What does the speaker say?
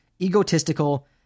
egotistical